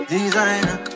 Designer